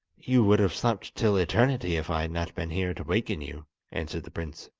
you would have slept till eternity if i had not been here to waken you answered the prince.